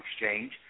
Exchange